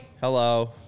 Hello